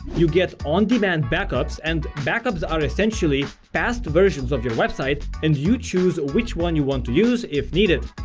you get on-demand backups and backups are essentially past versions of your website and you choose which one you want to use if needed.